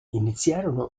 iniziarono